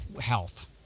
health